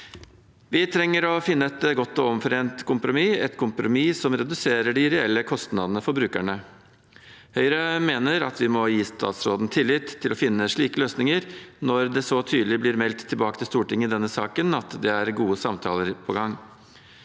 Vi trenger å finne et godt og omforent kompromiss, et kompromiss som reduserer de reelle kostnadene for brukerne. Høyre mener at vi må gi statsråden tillit til å finne slike løsninger, når det så tydelig blir meldt tilbake til Stortinget i denne saken at det er gode samtaler på gang.